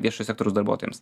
viešo sektoriaus darbuotojams